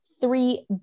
three